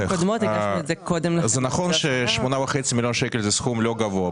זה נכון 8.5 מיליון שקלים זה סכום לא גבוה,